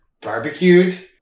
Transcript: barbecued